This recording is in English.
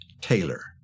Taylor